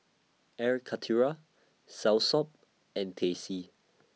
Air Karthira Soursop and Teh C